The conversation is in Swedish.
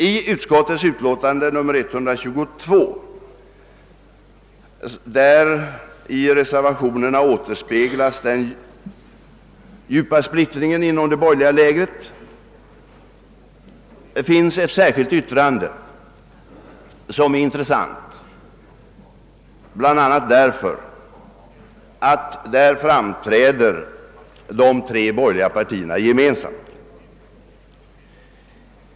I statsutskottets utlåtande nr 122, där i reservationerna återspeglas den djupa splittringen inom det borgerliga lägret, finns ett särskilt yttrande som är intressant, bl.a. därför att där framträder de tre borgerliga partierna gemensamt.